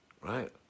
right